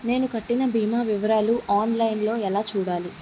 నేను కట్టిన భీమా వివరాలు ఆన్ లైన్ లో ఎలా చూడాలి?